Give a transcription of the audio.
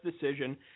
decision